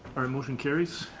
motion carries,